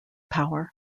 power